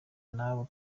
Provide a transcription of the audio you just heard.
nabo